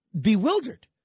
bewildered